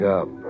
up